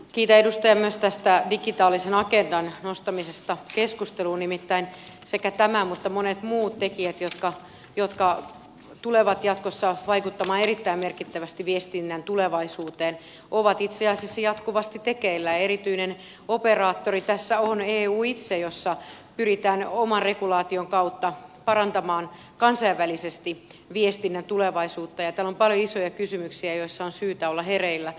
kiitän edustaja myös tästä digitaalisen agendan nostamisesta keskusteluun nimittäin sekä tämä että monet muut tekijät jotka tulevat jatkossa vaikuttamaan erittäin merkittävästi viestinnän tulevaisuuteen ovat itse asiassa jatkuvasti tekeillä ja erityinen operaattori tässä on eu itse jossa pyritään oman regulaation kautta parantamaan kansainvälisesti viestinnän tulevaisuutta ja täällä on paljon isoja kysymyksiä joissa on syytä olla hereillä